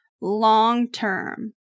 long-term